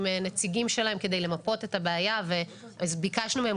עם נציגים שלהם כדי למפות את הבעיה וביקשנו מהם